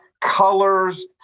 colors